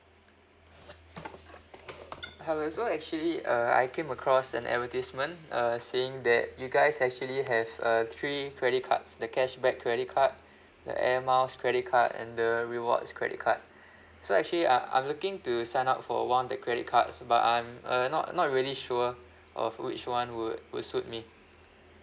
hello so actually uh I came across an advertisement uh saying that you guys actually have uh three credit cards the cashback credit card the air miles credit card and the rewards credit card so actually uh I'm looking to sign up for one of the credit cards but I'm uh not not really sure of which [one] would would suit me